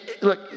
Look